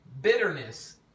bitterness